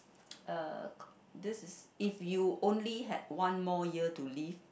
uh this is if you only had one more year to live